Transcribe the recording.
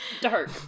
Dark